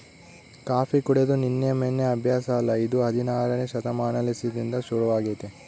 coffee ಕುಡೆದು ನಿನ್ನೆ ಮೆನ್ನೆ ಅಭ್ಯಾಸ ಅಲ್ಲ ಇದು ಹದಿನಾರನೇ ಶತಮಾನಲಿಸಿಂದ ಶುರುವಾಗೆತೆ